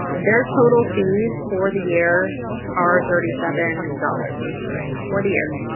their total fees for the year are thirty seven dollars for the year,